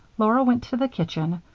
laura went to the kitchen,